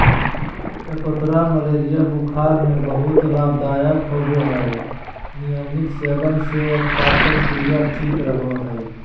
चकोतरा मलेरिया बुखार में बहुत लाभदायक होवय हई नियमित सेवन से पाचनक्रिया ठीक रहय हई